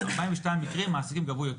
ארבעים ושניים מקרים מעסיקים גבו יותר